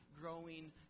growing